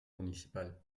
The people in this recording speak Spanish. municipal